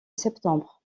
septembre